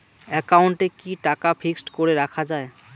একাউন্টে কি টাকা ফিক্সড করে রাখা যায়?